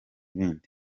ibindi